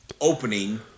opening